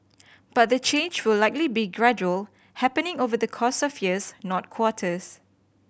but the change will likely be gradual happening over the course of years not quarters